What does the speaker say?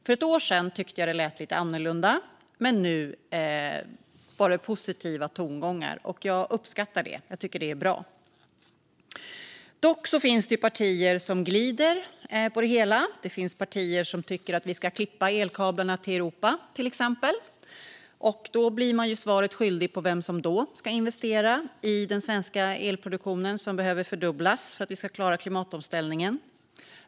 För ett år sedan tyckte jag att det lät lite annorlunda, men nu var det positiva tongångar. Jag uppskattar det, och jag tycker att det är bra. Dock finns det partier som glider på det hela. Det finns partier som tycker att vi ska klippa elkablarna till Europa, till exempel. Då blir man svaret skyldig när det gäller vem som ska investera i den svenska elproduktionen, som behöver fördubblas för att vi ska klara klimatomställningen.